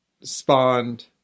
spawned